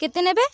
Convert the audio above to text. କେତେ ନେବେ